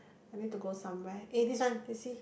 I need to go somewhere eh this one you see